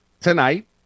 tonight